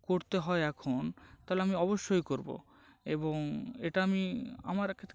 করতে হয় এখন তাহলে আমি অবশ্যই করব এবং এটা আমি আমার একটা